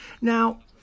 Now